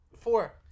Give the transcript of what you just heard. Four